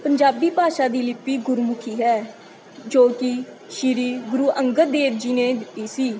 ਪੰਜਾਬੀ ਭਾਸ਼ਾ ਦੀ ਲਿਪੀ ਗੁਰਮੁਖੀ ਹੈ ਜੋ ਕਿ ਸ਼੍ਰੀ ਗੁਰੂ ਅੰਗਦ ਦੇਵ ਜੀ ਨੇ ਦਿੱਤੀ ਸੀ